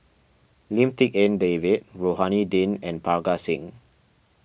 Lim Tik En David Rohani Din and Parga Singh